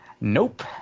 Nope